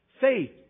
Faith